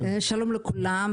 שלום לכולם,